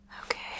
Okay